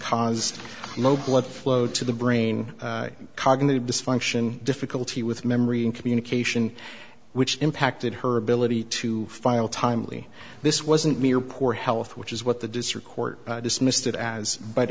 mobility flow to the brain cognitive dysfunction difficulty with memory and communication which impacted her ability to file timely this wasn't near poor health which is what the district court dismissed it as but